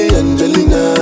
angelina